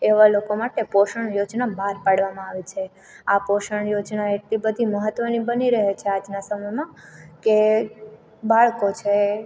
એવા લોકો માટે પોષણ યોજના બહાર પાડવામાં આવે છે આ પોષણ યોજના એટલી બધી મહત્ત્વની બની રહે છે આજનાં સમયમાં કે બાળકો છે